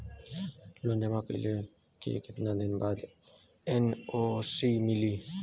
Loan जमा कइले के कितना दिन बाद एन.ओ.सी मिली?